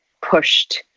pushed